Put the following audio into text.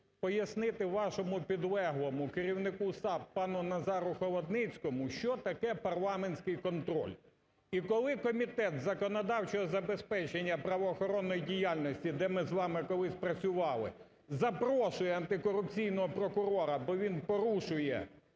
пояснити вашому підлеглому керівнику САП пану Назару Холодницькому, що таке парламентський контроль. І коли Комітет законодавчого забезпечення правоохоронної діяльності, де ми з вами колись працювали, запрошує антикорупційного прокурора, бо він порушує